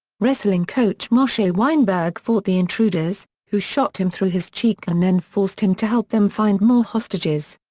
wrestling coach moshe weinberg fought the intruders, who shot him through his cheek and then forced him to help them find more hostages.